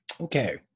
Okay